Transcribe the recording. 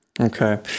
Okay